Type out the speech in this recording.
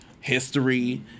history